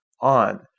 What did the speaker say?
on